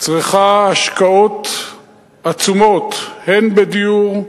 צריכה השקעות עצומות הן בדיור,